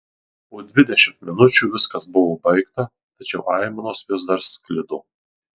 po dvidešimt minučių viskas buvo baigta tačiau aimanos vis dar sklido